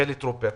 חילי טרופר,